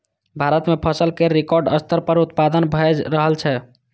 भारत मे फसल केर रिकॉर्ड स्तर पर उत्पादन भए रहल छै